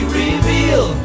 reveal